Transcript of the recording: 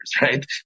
right